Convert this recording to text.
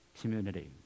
community